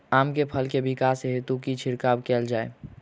आम केँ फल केँ विकास हेतु की छिड़काव कैल जाए?